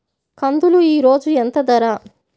కందులు ఈరోజు ఎంత ధర?